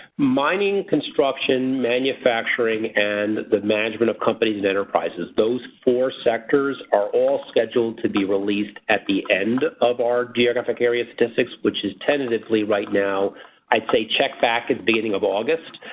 mining construction, manufacturing and the management of companies and enterprises those four sectors are all scheduled to be released at the end of our geographic areas statistics which is tentatively right now i'd say check back at the beginning of august.